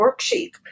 worksheet